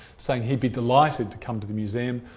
saying he'd be delighted to come to the museum,